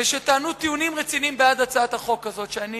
שטענו טיעונים רציניים בעד הצעת החוק הזאת, שאני